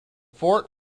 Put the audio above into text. fort